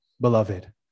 beloved